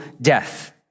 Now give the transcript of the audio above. death